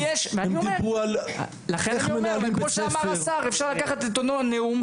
על איך מנהלים בית ספר.